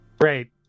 Great